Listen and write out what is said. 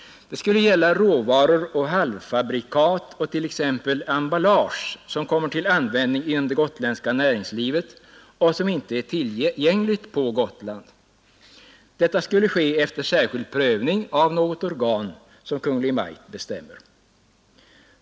Det skulle gälla råvaror och halvfabrikat samt t.ex. emballage som kommer till användning inom det gotländska näringslivet och som inte är tillgängligt på Gotland. Detta skulle ske efter särskild prövning av något organ som Kungl. Maj:t bestämmer.